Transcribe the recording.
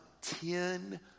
ten